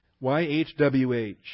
Y-H-W-H